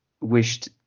wished